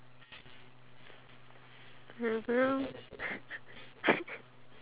do you watch the compressing videos online